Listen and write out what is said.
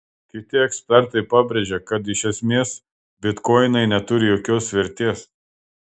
kiti ekspertai pabrėžia kad iš esmės bitkoinai neturi jokios vertės